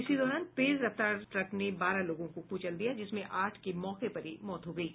इसी दौरान तेज रफ्तार ट्रक ने बारह लोगों को कुचल दिया जिसमें आठ की मौके पर ही मौत हो गयी